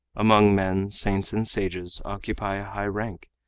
among men, saints and sages occupy a high rank,